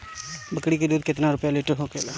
बकड़ी के दूध केतना रुपया लीटर होखेला?